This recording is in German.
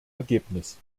ergebnis